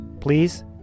Please